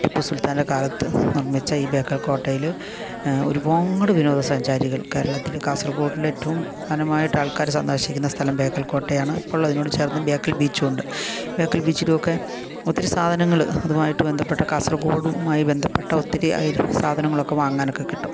ടിപ്പു സുൽത്താൻ്റെ കാലത്ത് നിർമ്മിച്ച ഈ ബേക്കൽ കോട്ടയിൽ ഒരുപാട് വിനോദ സഞ്ചാരികൾ കേരളത്തിൽ കാസർഗോഡിൽ ഏറ്റവും പ്രധാനമായിട്ട് ആൾക്കാർ സന്ദർശിക്കുന്ന സ്ഥലം ബേക്കൽ കോട്ടയാണ് ഇപ്പം ഉള്ളതിനോട് ചേർന്ന് ബേക്കൽ ബീച്ചുമുണ്ട് ബേക്കൽ ബീച്ചിലുമൊക്കെ ഒത്തിരി സാധനങ്ങൾ അതുമായിട്ട് ബന്ധപ്പെട്ട കാസർഗോഡുമായി ബന്ധപ്പെട്ട ഒത്തിരി അരി സാധനങ്ങളൊക്കെ വാങ്ങനൊക്കെ കിട്ടും